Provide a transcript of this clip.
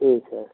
जी sir